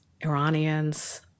Iranians